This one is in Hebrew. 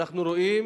אנחנו רואים